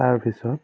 তাৰপিছত